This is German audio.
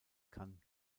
kann